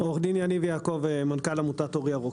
אני מנכ"ל עמותת אור ירוק.